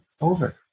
over